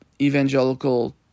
evangelical